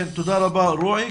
תודה רבה רועי.